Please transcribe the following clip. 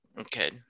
okay